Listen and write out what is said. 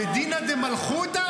זה דינא דמלכותא?